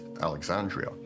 Alexandria